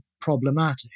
problematic